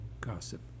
gossip